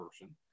person